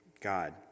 God